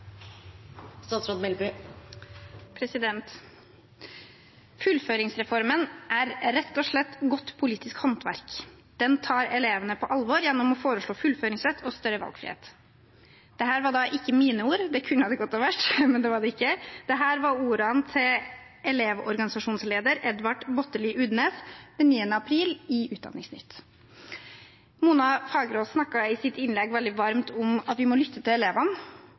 rett og slett godt politisk håndverk. Den tar elevene på alvor gjennom å foreslå fullføringsrett og større valgfrihet.» Dette var ikke mine ord. Det kunne det godt ha vært, men det var det ikke. Dette var ordene til lederen av Elevorganisasjonen, Edvard Botterli Udnæs, i Utdanningsnytt 9. april. Representanten Mona Fagerås snakket i sitt innlegg veldig varmt om at vi må lytte til elevene.